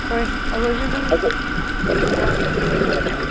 ꯍꯣꯏ ꯑꯩꯈꯣꯏꯁꯨ ꯑꯗꯨꯝ ꯇꯧꯁꯤꯔꯥꯅ ꯈꯜꯂ ꯂꯩꯌꯦ